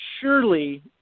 surely